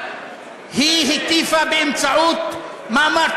היא הטיפה באמצעות מאמר.